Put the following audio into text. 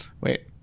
Wait